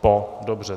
Po. Dobře.